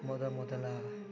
ಮೊದಮೊದಲು